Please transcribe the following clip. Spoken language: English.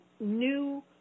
new